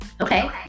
Okay